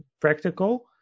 practical